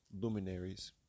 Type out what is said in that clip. luminaries